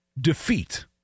defeat